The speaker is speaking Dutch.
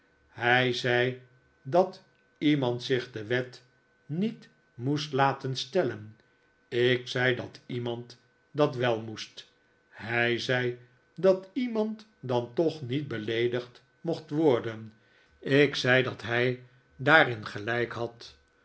hij zei dat iemand zich de wet niet moest laten stellen ik zei dat iemand dat wel moest hij zei dat iemand dan toch niet beleedigd mocht worden ik zei dat hij daarin gelijk had